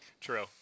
True